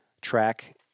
track